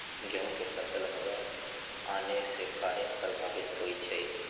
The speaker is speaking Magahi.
गेंहू के फसल हव आने से काहे पभवित होई छई?